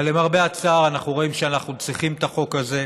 אבל למרבה הצער אנחנו רואים שאנחנו צריכים את החוק הזה.